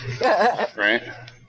Right